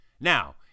Now